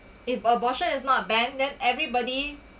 if abortion is not banned then everybody